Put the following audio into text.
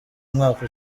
umwaka